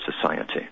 society